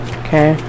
okay